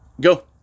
Go